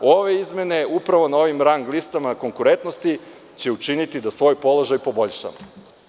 Ove izmene, upravo na ovim rang listama konkurentnosti će učiniti da svoj položaj poboljšamo.